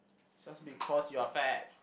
so just because you are fat